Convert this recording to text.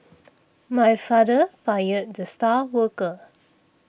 my father fired the star worker